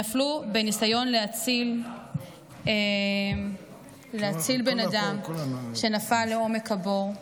שנפלו בניסיון להציל בן אדם שנפל לעומק הבור,